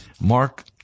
Mark